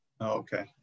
Okay